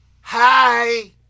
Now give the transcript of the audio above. Hi